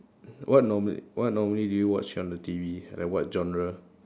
what normally what normally do you watch on the T_V like what genre